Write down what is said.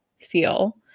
feel